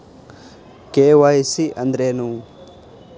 KYC ಅಂದ್ರೇನು?